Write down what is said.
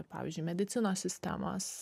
pavyzdžiui medicinos sistemos